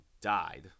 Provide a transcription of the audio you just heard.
died